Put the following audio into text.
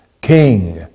king